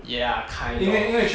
ya kind of